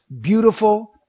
beautiful